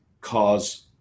cause